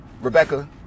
rebecca